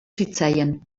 zitzaien